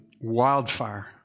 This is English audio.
wildfire